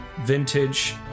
vintage